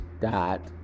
dot